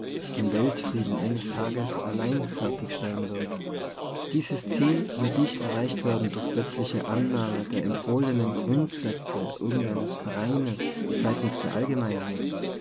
den welt frieden eines tages allein fertigstellen wird dieses ziel wird nicht erreicht werden durch plötzliche annahme der empfohlenen grundsätze irgend eines vereins seitens der allgemeinheit